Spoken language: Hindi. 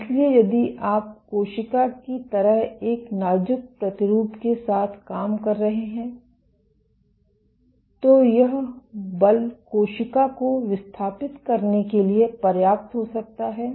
इसलिए यदि आप कोशिका की तरह एक नाजुक प्रतिरूप के साथ काम कर रहे हैं तो यह बल कोशिका को विस्थापित करने के लिए पर्याप्त हो सकता है